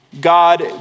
God